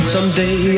Someday